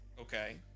Okay